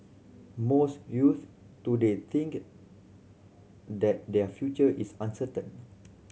most youth today think that their future is uncertain